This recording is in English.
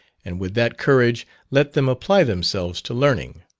and with that courage let them apply themselves to learning.